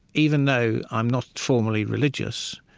even though i'm not formally religious,